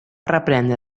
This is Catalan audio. reprendre